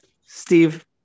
Steve